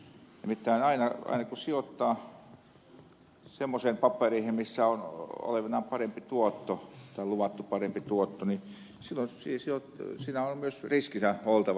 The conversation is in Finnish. nimittäin aina kun sijoittaa semmoisiin papereihin missä on olevinaan parempi tuotto tai on luvattu parempi tuotto niin siinä on myös riskinsä oltava